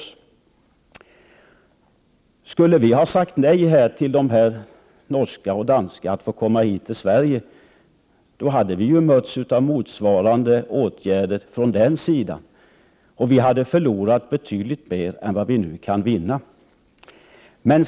Om vi skulle ha sagt att de norska och danska fartygen inte får komma hit, skulle vi ha mötts av motsvarande åtgärder från deras sida. Vi skulle förlora betydligt mer än vad vi nu kan vinna.